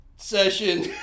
Session